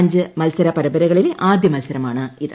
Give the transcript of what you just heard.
അഞ്ച് മൽസര പരമ്പരകളിലെ ആദ്യ മൽസരമാണിത്